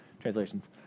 translations